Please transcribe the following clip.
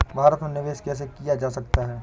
भारत में निवेश कैसे किया जा सकता है?